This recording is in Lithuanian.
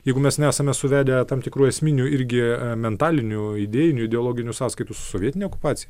jeigu mes nesame suvedę tam tikrų esminių irgi mentalinių idėjinių ideologinių sąskaitų su sovietine okupacija